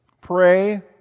pray